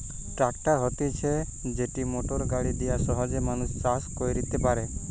tractor হতিছে যেটি motor গাড়ি দিয়া সহজে মানুষ চাষ কইরতে পারে